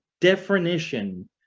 definition